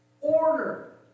Order